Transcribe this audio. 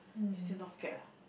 you still not scared ah